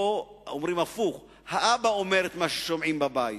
פה אומרים הפוך, האבא אומר את מה ששומעים בבית.